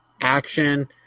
action